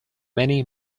many